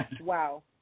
Wow